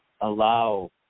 allow